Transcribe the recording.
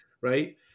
right